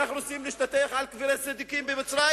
אנחנו רוצים להשתטח על קברי צדיקים במצרים,